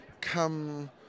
come